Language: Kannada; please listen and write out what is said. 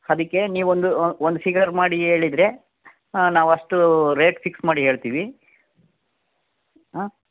ಅದಕ್ಕೆ ನೀವೊಂದು ಒಂದು ಫಿಗರ್ ಮಾಡಿ ಹೇಳಿದರೆ ನಾವಷ್ಟು ರೇಟ್ ಫಿಕ್ಸ್ ಮಾಡಿ ಹೇಳ್ತೀವಿ ಆ